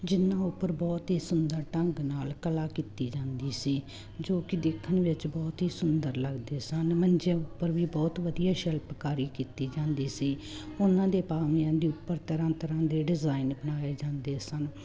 ਜਿਹਨਾਂ ਉੱਪਰ ਬਹੁਤ ਹੀ ਸੁੰਦਰ ਢੰਗ ਨਾਲ ਕਲਾ ਕੀਤੀ ਜਾਂਦੀ ਸੀ ਜੋ ਕਿ ਦੇਖਣ ਵਿੱਚ ਬਹੁਤ ਹੀ ਸੁੰਦਰ ਲੱਗਦੇ ਸਨ ਮੰਜਿਆਂ ਉੱਪਰ ਵੀ ਬਹੁਤ ਵਧੀਆ ਸ਼ਿਲਪਕਾਰੀ ਕੀਤੀ ਜਾਂਦੀ ਸੀ ਉਹਨਾਂ ਦੇ ਪਾਵਿਆਂ ਦੇ ਉੱਪਰ ਤਰ੍ਹਾਂ ਤਰ੍ਹਾਂ ਦੇ ਡਿਜ਼ਾਇਨ ਬਣਾਏ ਜਾਂਦੇ ਸਨ